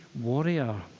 warrior